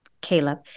Caleb